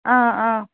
آ آ